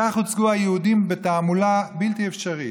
כך הוצגו היהודים בתעמולה בלתי אפשרית.